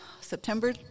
September